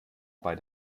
bei